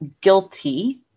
guilty